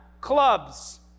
Clubs